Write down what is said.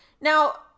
Now